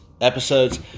episodes